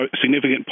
significant